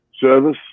service